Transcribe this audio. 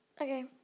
Okay